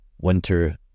winter